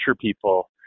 people